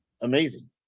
amazing